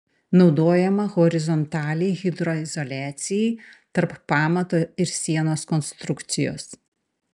naudojama horizontaliai hidroizoliacijai tarp pamato ir sienos konstrukcijos